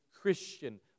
Christian